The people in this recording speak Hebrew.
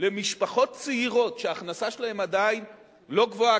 למשפחות צעירות שההכנסה שלהן עדיין לא גבוהה,